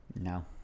No